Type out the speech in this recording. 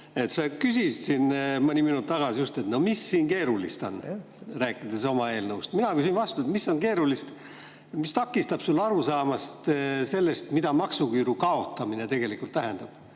Sa küsisid mõni minut tagasi, mis siin keerulist on, rääkides oma eelnõust. Mina küsin vastu, mis on keerulist selles, mis takistab sul aru saamast sellest, mida maksuküüru kaotamine tegelikult tähendab.